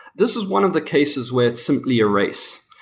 this is one of the cases where it's simply a race.